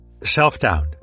Self-doubt